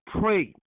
pray